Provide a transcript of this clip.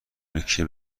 میکشه